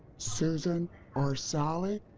susan or sally?